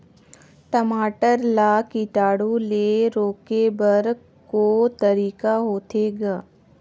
टमाटर ला कीटाणु ले रोके बर को तरीका होथे ग?